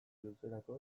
luzerako